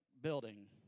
building